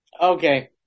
Okay